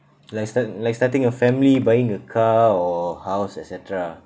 like sta~ like starting a family buying a car or house et cetera